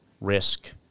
risk